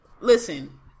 listen